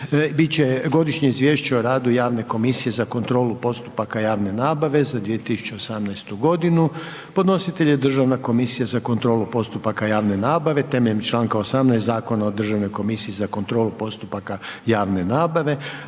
Godišnje Izvješće o radu Državne komisije za kontrolu postupaka javne nabave za 2018. godinu. Podnositelj je Državna komisija za kontrolu postupaka javne nabave, rasprava je zaključena. Sukladno prijedlogu saborskog matičnog